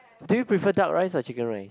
do you prefer duck rice or Chicken Rice